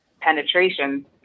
penetration